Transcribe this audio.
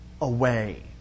away